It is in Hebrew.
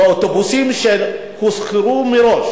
באוטובוסים שהושכרו מראש